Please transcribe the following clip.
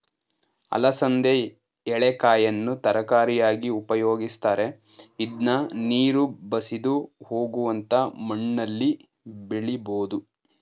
ಅಲಸಂದೆ ಎಳೆಕಾಯನ್ನು ತರಕಾರಿಯಾಗಿ ಉಪಯೋಗಿಸ್ತರೆ, ಇದ್ನ ನೀರು ಬಸಿದು ಹೋಗುವಂತ ಮಣ್ಣಲ್ಲಿ ಬೆಳಿಬೋದು